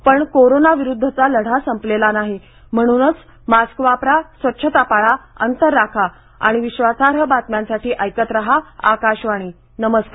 पण कोरोना विरुद्वचा लढा संपलेला नाही म्हणूनच मास्क वापरा स्वच्छता पाळा अंतर राखा आणि विश्वासार्ह बातम्यांसाठी ऐकत राहा आकाशवाणी नमस्कार